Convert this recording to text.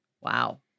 Wow